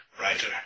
writer